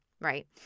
right